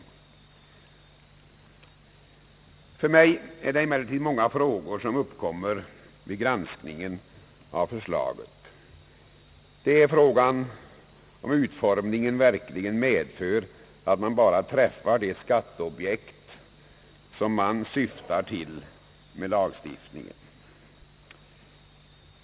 Emellertid är det många frågor som inställer sig när jag granskar förslaget. Medför verkligen utformningen att man bara träffar de skatteobjekt som man syftar till med lagstiftningen?